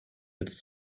jetzt